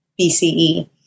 BCE